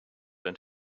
and